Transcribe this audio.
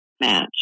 match